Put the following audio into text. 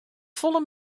folle